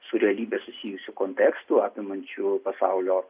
su realybe susijusių kontekstų apimančių pasaulio